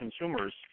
consumers